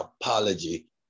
apology